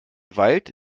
wald